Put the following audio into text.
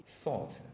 thought